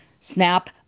snap